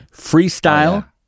Freestyle